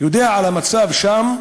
יודע על המצב שם,